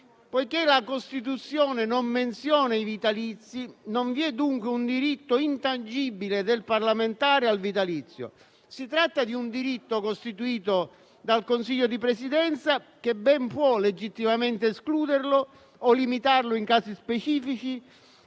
poiché la Costituzione non menziona i vitalizi, non vi è dunque un diritto intangibile del parlamentare al vitalizio. Si tratta di un diritto costituito dal Consiglio di Presidenza, che ben può legittimamente escluderlo o limitarlo in casi specifici